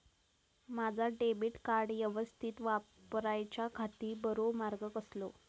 माजा debit card यवस्तीत वापराच्याखाती बरो मार्ग कसलो?